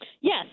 Yes